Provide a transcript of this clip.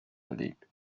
verlegt